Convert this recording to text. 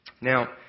Now